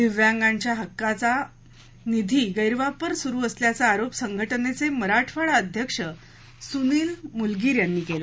दिव्यांगांच्या हक्काच्या निधीचा गैरवापर सुरू असल्याचा आरोप संघटनेचे मराठवाडा अध्यक्ष सुनील मुलगीर यांनी यावेळी केला